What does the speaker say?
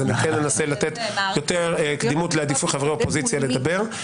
אז אני כן אנסה לתת יותר קדימות להעדיף חברי אופוזיציה שידברו.